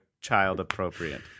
child-appropriate